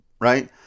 right